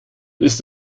ist